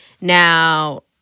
Now